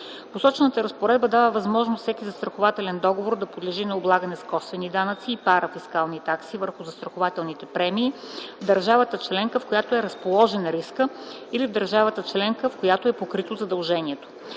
Посочената разпоредба дава възможност всеки застрахователен договор да подлежи на облагане с косвени данъци и парафискални такси върху застрахователните премии в държавата членка, в която е разположен рискът, или в държавата членка, в която е покрито задължението.